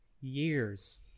years